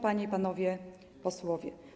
Panie i Panowie Posłowie!